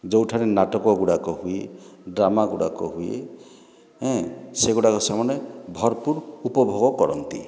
ଯେଉଁ ଠାରେ ନାଟକ ଗୁଡ଼ାକ ହୁଏ ଡ୍ରାମା ଗୁଡ଼ାକ ହୁଏ ଏଁ ସେଗୁଡ଼ାକ ସେମାନେ ଭର୍ପୁର୍ ଉପଭୋଗ କରନ୍ତି